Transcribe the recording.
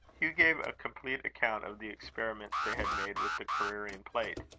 hugh gave a complete account of the experiments they had made with the careering plate.